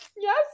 yes